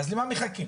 אז למה מחכים?